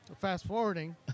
fast-forwarding